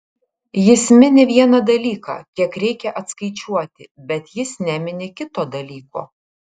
jis mini vieną dalyką kiek reikia atskaičiuoti bet jis nemini kito dalyko